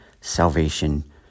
salvation